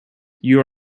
you